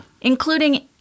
including